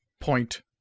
point